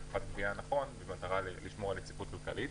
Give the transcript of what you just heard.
יציבות כלכלית.